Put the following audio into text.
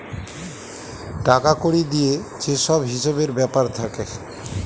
টাকা কড়ি দিয়ে যে সব হিসেবের ব্যাপার থাকে